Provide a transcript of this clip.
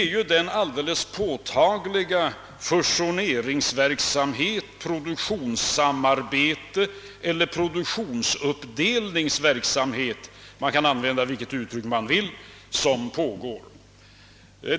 Jo det är alldeles påtagligt den fusioneringsverksamhet, det produktionssamarbete eller den produktionsuppdelningsverksamhet — man kan använda vilket uttryck man vill — som pågår.